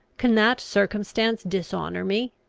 can that circumstance dishonour me?